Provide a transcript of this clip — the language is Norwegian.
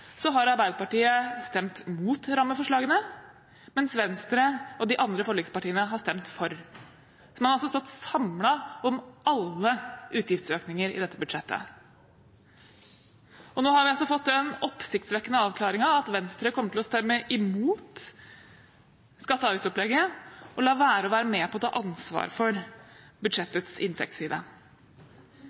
har Arbeiderpartiet stemt mot rammeforslagene, mens Venstre og de andre forlikspartiene har stemt for. Man har altså stått samlet om alle utgiftsøkninger i dette budsjettet. Nå har vi fått den oppsiktsvekkende avklaringen at Venstre kommer til å stemme imot skatte- og avgiftsopplegget, og lar være å være med på å ta ansvar for budsjettets inntektsside.